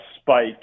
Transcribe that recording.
spike